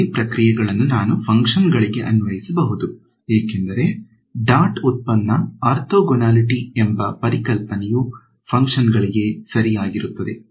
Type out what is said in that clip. ಅದೇ ಪ್ರಕ್ರಿಯೆಗಳನ್ನು ನಾನು ಫಂಕ್ಷನ್ಗಳಿಗೆ ಅನ್ವಯಿಸಬಹುದು ಏಕೆಂದರೆ ಡಾಟ್ ಉತ್ಪನ್ನ ಆರ್ಥೋಗೊನಾಲಿಟಿ ಎಂಬ ಪರಿಕಲ್ಪನೆಯು ಫಂಕ್ಷನ್ಗಳಿಗೆ ಸರಿಯಾಗಿರುತ್ತದೆ